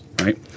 right